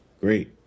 great